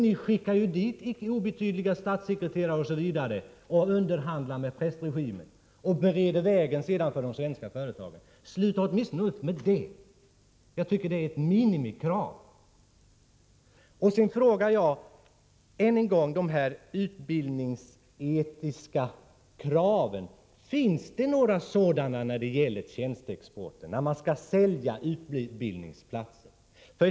Ni skickar ju dit inte obetydliga statssekreterare för att underhandla med prästregimen och bereda väg för svenska företag. Sluta åtminstone upp med detta. Det är ett minimikrav. Jag frågar än en gång: Finns det några utbildningsetiska krav när det gäller tjänsteexporten och när man skall sälja utbildningsplatser?